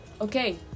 Okay